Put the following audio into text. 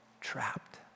trapped